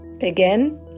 Again